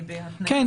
כן.